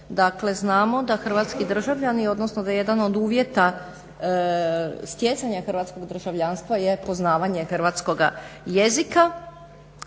odnosno da jedan od uvjeta stjecanja hrvatskog državljanstva je poznavanje hrvatskoga jezika,